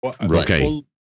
Okay